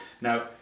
Now